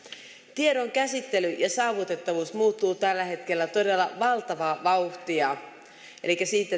tiedon käsittely ja saavutettavuus muuttuvat tällä hetkellä todella valtavaa vauhtia siitä